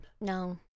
No